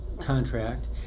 contract